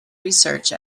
research